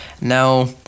Now